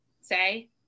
say